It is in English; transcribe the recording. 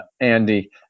Andy